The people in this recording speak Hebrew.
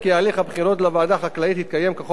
החקלאית יתקיים כחוק ובצורה מקצועית והוגנת.